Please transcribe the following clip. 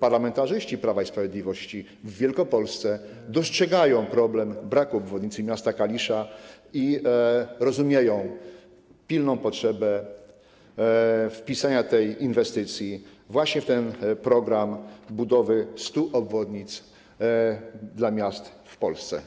parlamentarzyści Prawa i Sprawiedliwości w Wielkopolsce dostrzegają problem braku obwodnicy miasta Kalisza i rozumieją pilną potrzebę wpisania tej inwestycji właśnie w ten program budowy 100 obwodnic dla miast w Polsce.